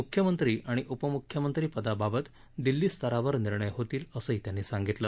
मुख्यमंत्री आणि उपमुख्यमंत्री पदाबाबत दिल्ली स्तरावर निर्णय होतील असंही त्यांनी सांगितलं